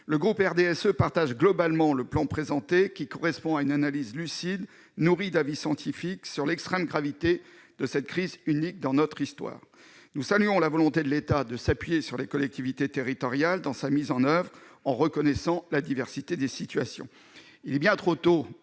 Le groupe du RDSE partage globalement le plan présenté : il correspond à une analyse lucide, nourrie d'avis scientifiques, sur l'extrême gravité de cette crise unique dans notre histoire. Nous saluons la volonté de l'État de s'appuyer sur les collectivités territoriales pour la mise en oeuvre de ce plan, en reconnaissant la diversité des situations. Il est bien trop tôt